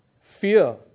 fear